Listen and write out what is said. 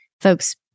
folks